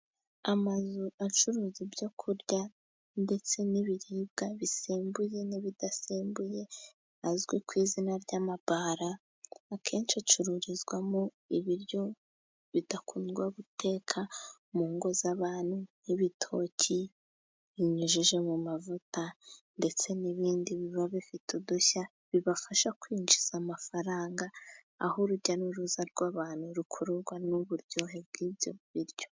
Amazu acuruza ibyo kurya ndetse n'ibiribwa bisembuye n'ibidasembuye azwi ku izina ry'amabara . Akenshi acururizwamo ibiryo bidakunda gutekwa mu ngo z'abantu nk'ibitoki binyujije mu mavuta ndetse n'ibindi biba bifite udushya. Bibafasha kwinjiza amafaranga aho urujya n'uruza rw'abantu rukururwa n'uburyohe bw'ibyo biryo.